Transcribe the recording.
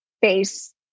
face